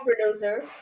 producer